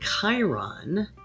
Chiron